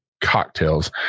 cocktails